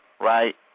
right